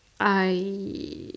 I